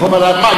אבל על מה,